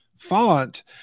font